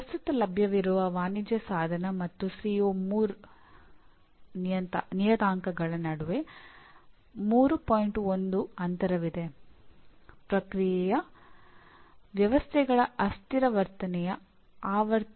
ಪ್ರಸ್ತುತ ಲಭ್ಯವಿರುವ ವಾಣಿಜ್ಯ ಸಾಧನ ಮತ್ತು ಸಿಒ3ನ 18